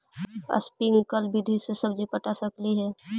Sprinkle विधि से सब्जी पटा सकली हे?